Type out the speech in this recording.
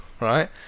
right